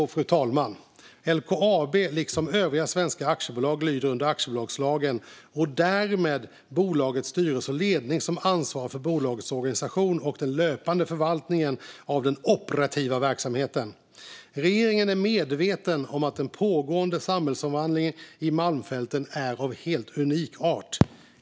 Fru talman! LKAB liksom övriga svenska aktiebolag lyder under aktiebolagslagen , och det är därmed bolagets styrelse och ledning som ansvarar för bolagets organisation och den löpande förvaltningen av den operativa verksamheten. Regeringen är medveten om att den pågående samhällsomvandlingen i Malmfälten är av helt unik art.